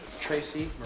Tracy